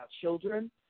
children